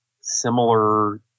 similar